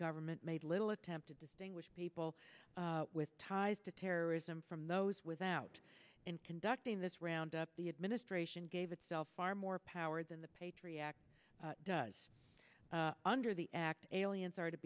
government made little attempt to distinguish people with ties to terrorism from those without in conducting this round up the administration gave itself far more power than the patriot act does under the act aliens are to